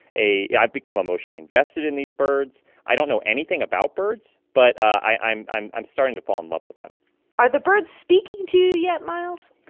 a yeah i've become emotionally invested in these birds. i don't know anything about birds, but i'm i'm starting to fall in love with them are the birds speaking to you yet, miles?